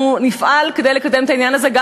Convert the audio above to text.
אנחנו נפעל כדי לקדם את העניין הזה גם